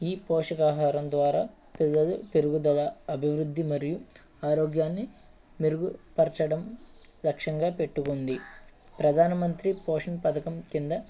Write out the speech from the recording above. ఈ పోషకాహారం ద్వారా పిల్లలు పెరుగుదల అభివృద్ధి మరియు ఆరోగ్యాన్ని మెరుగుపరచడం లక్ష్యంగా పెట్టుకుంది ప్రధానమంత్రి పోషన్ పథకం కింద